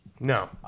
No